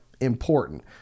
important